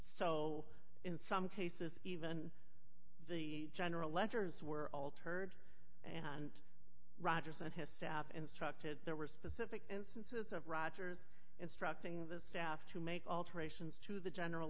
so in some cases even the general letters were altered and rogers and his staff instructed there were specific instances of rogers instructing the staff to make alterations to the general